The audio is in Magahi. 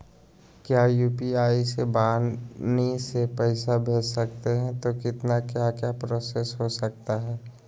क्या यू.पी.आई से वाणी से पैसा भेज सकते हैं तो कितना क्या क्या प्रोसेस हो सकता है?